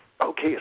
Okay